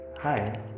Hi